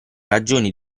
ragioni